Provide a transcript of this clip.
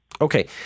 Okay